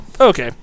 Okay